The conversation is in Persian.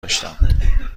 داشتم